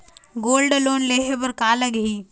Gold loan लेहे बर का लगही?